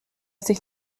sich